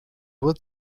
wird